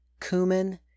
cumin